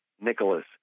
Nicholas